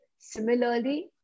Similarly